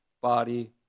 body